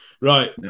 right